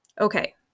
okay